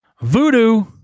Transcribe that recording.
Voodoo